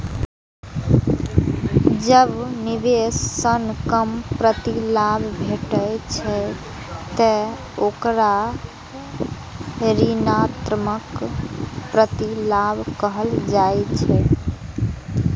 जब निवेश सं कम प्रतिलाभ भेटै छै, ते ओकरा ऋणात्मक प्रतिलाभ कहल जाइ छै